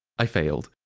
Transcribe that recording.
i failed.